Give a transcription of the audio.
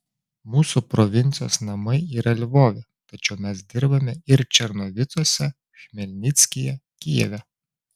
mūsų provincijos namai yra lvove tačiau mes dirbame ir černovicuose chmelnickyje kijeve